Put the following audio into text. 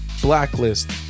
Blacklist